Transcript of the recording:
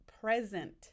present